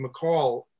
McCall